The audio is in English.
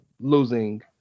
Losing